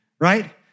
right